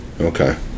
Okay